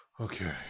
Okay